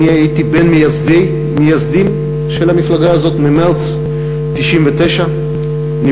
הייתי בין המייסדים של המפלגה הזאת במרס 1999. אני